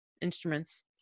instruments